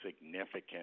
significant